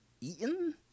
eaten